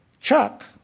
Chuck